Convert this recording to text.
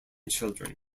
children